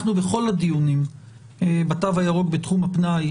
אנחנו בכל הדיונים בתו הירוק תחום הפנאי,